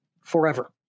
forever